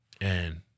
and-